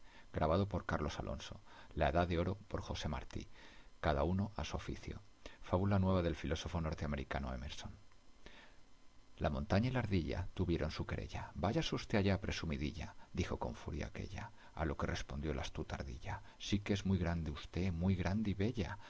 otra lección mejor vaya a contarlo en roma cada uno a su oficio fábula nueva del filósofo norteamericano emerson p la montaña y la ardilla tuvieron su querella váyase usted allá presumidilla dijo con furia aquélla a lo que respondió la astuta ardilla sí que es muy grande usted muy grande y bella